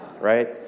right